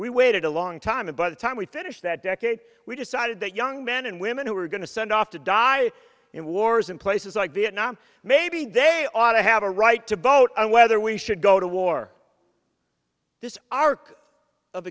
we waited a long time and by the time we finished that decade we decided that young men and women who were going to send off to die in wars in places like vietnam maybe they ought to have a right to vote on whether we should go to war this arc of